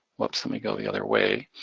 woops, let me go the other way.